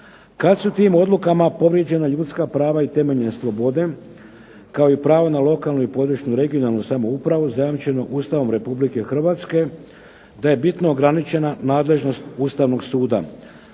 kad su tim odlukama povrijeđena ljudska prava i temeljne slobode, kao i prava na lokalnu i područnu (regionalnu) samoupravu zajamčenu Ustavom Republike Hrvatske da je bitno ograničena nadležnost Ustavnog suda.